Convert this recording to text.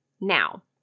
now